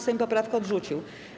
Sejm poprawkę odrzucił.